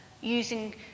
using